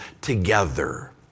together